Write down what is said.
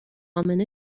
امنه